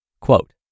Quote